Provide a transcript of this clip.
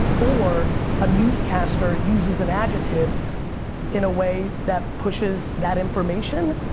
or a newscaster uses an adjective in a way that pushes that information,